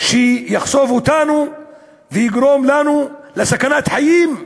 לא במחיר שיחשוף אותנו ויגרום לנו סכנת חיים,